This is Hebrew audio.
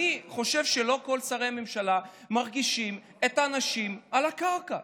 אני חושב שלא כל שרי הממשלה מרגישים את האנשים על הקרקע.